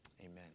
Amen